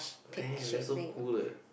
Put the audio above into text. damn that's so cool leh